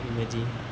बेबायदि